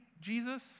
Jesus